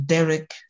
Derek